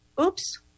oops